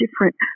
different